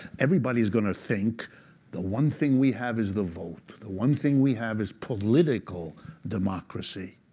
everybody is going to think the one thing we have is the vote. the one thing we have is political democracy.